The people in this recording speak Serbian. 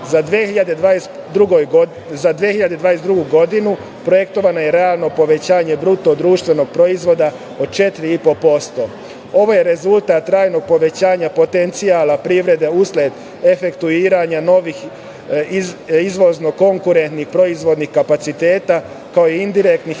2022. godinu projektovano je realno povećanje BDP od 4,5%. Ovo je rezultat trajnog povećanja potencijala privrede usled efektuiranja novih izvozno-konkurentnih proizvodnih kapaciteta, kao i indirektnih